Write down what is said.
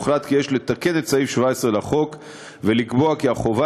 הוחלט כי יש לתקן את סעיף 17 לחוק ולקבוע כי החובה